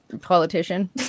politician